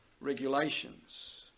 regulations